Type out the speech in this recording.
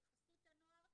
של חסות הנוער,